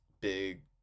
big